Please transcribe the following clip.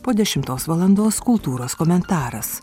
po dešimtos valandos kultūros komentaras